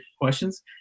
questions